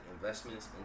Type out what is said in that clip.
investments